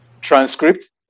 transcript